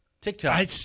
TikTok